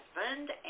husband